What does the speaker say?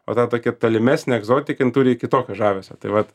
o ta tokia tolimesnė egzotik jin turi kitokio žavesio tai vat